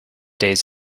days